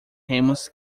remos